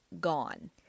gone